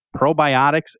probiotics